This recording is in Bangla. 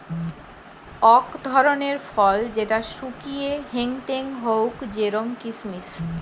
অক ধরণের ফল যেটা শুকিয়ে হেংটেং হউক জেরোম কিসমিস